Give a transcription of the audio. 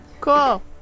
Cool